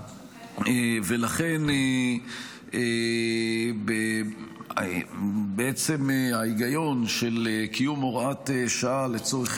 ולכן בעצם ההיגיון של קיום הוראת שעה לצורך